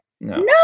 No